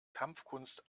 kampfkunst